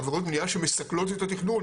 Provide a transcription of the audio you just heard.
עבירות בנייה שמסכלות את התכנון,